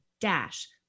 dash